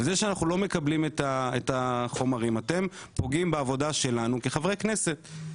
בזה שאנחנו לא מקבלים את החומרים אתם פוגעים בעבודה שלנו כחברי כנסת.